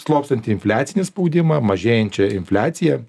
slopstantį infliacinį spaudimą mažėjančią infliaciją